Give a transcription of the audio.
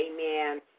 amen